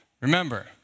remember